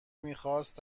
میخواست